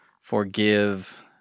forgive